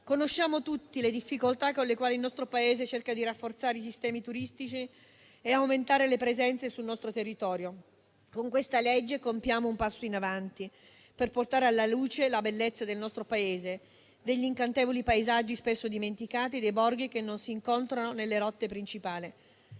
Conosciamo tutti le difficoltà con le quali il nostro Paese cerca di rafforzare i sistemi turistici e di aumentare le presenze sul nostro territorio. Con questa legge compiamo un passo in avanti per portare alla luce la bellezza del nostro Paese, degli incantevoli paesaggi spesso dimenticati, dei borghi che non si incontrano nelle rotte principali.